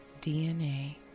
DNA